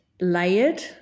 layered